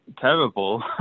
Terrible